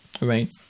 Right